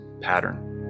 pattern